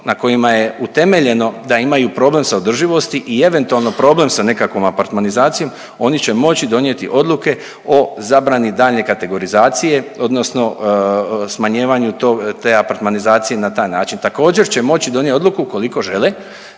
na kojima je utemeljeno da imaju problem sa održivosti i eventualno problem sa nekakvom apartmanizacijom oni će moći donijeti odluke o zabrani daljnje kategorizacije odnosno smanjivanju te apartmanizacije na taj način. Također će moći donijeti odluku ukoliko žele